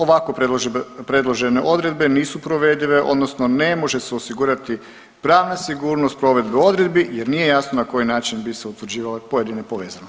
Ovako predložene odredbe nisu provedive odnosno ne može se osigurati pravna sigurnost provedbi odredbi jer nije jasno na koji način bi se utvrđivale pojedine povezanosti.